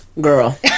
Girl